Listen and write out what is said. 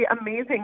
amazing